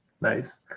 nice